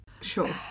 Sure